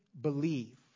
believe